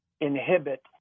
inhibit